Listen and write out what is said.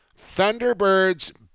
Thunderbirds